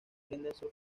henderson